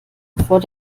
bevor